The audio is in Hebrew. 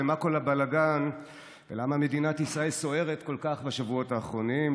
מה כל הבלגן ולמה מדינת ישראל סוערת כל כך בשבועות האחרונים,